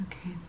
Okay